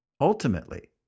Ultimately